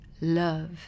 Love